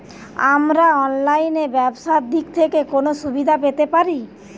আমরা অনলাইনে ব্যবসার দিক থেকে কোন সুবিধা পেতে পারি?